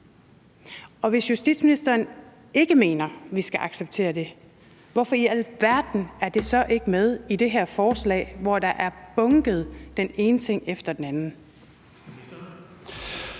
Og hvis justitsministeren ikke mener, at vi skal acceptere det, hvorfor i alverden er det så ikke med i det her forslag, hvor så mange ting er bunket sammen?